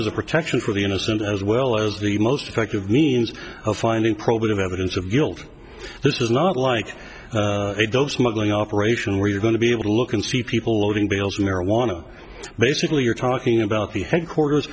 a protection for the innocent as well as the most effective means of finding probative evidence of guilt this is not like those smuggling operation where you're going to be able to look and see people loading bales of marijuana basically you're talking about the headquarters